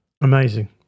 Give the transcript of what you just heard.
Amazing